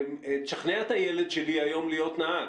תשכנע את הילד שלי היום להיות נהג.